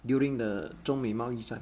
during the 中美贸易战